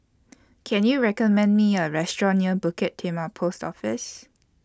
Can YOU recommend Me A Restaurant near Bukit Timah Post Office